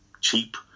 cheap